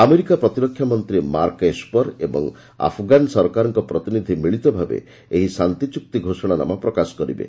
ଆମେରିକାର ପ୍ରତିରକ୍ଷା ମନ୍ତ୍ରୀ ମାର୍କ ଏସପର ଏବଂ ଆଫଗାନ ସରକାରଙ୍କ ପ୍ରତିନିଧି ମିଳିତ ଭାବେ ଏହି ଶାନ୍ତିଚୁକ୍ତି ଘୋଷଣାନାମା ପ୍ରକାଶ କରିବେ